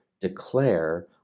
declare